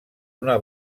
una